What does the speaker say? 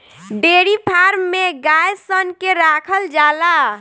dairy farm में गाय सन के राखल जाला